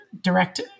direct